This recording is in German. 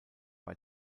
bei